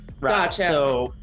Gotcha